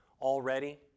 already